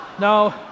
no